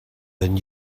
than